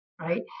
Right